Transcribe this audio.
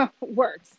works